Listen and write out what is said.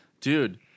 Dude